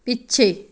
ਪਿੱਛੇ